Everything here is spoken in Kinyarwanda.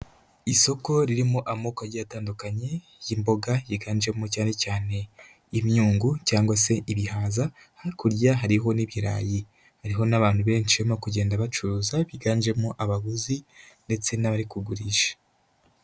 Isoko ririmo amoko agiye atandukanye y'imboga yiganjemo cyane cyane imyungu cyangwa se ibihaza, hakurya hariho n'ibirayi, hariho n'abantu benshi barimo kugenda bacuruza biganjemo abaguzi ndetse n'abari kugurisha.